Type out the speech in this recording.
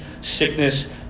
sickness